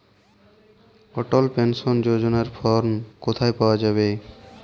অটল pension যোজনার form কোথায় পাওয়া যাবে?